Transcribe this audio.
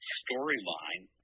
storyline